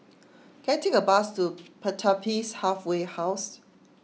can I take a bus to Pertapis Halfway House